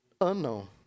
unknown